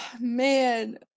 man